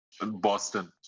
Boston